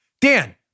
Dan